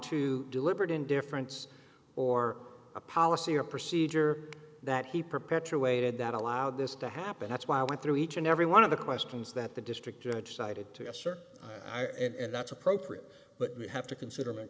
to deliberate indifference or a policy or procedure that he perpetuated that allowed this to happen that's why i went through each and every one of the questions that the district judge cited to assert i and that's appropriate but we have to consider